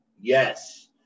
Yes